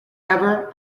ever